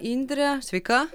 indre sveika